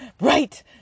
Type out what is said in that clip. right